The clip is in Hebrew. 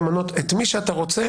למנות את מי שאתה רוצה,